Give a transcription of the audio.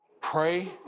pray